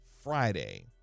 friday